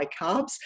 carbs